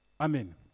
Amen